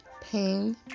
pain